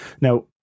Now